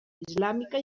islàmica